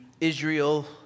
Israel